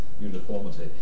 uniformity